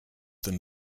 than